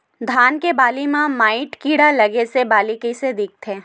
धान के बालि म माईट कीड़ा लगे से बालि कइसे दिखथे?